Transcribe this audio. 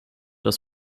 das